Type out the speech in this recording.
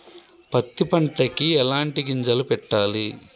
పత్తి పంటకి ఎలాంటి గింజలు పెట్టాలి?